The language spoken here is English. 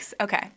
Okay